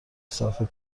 صفحه